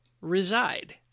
reside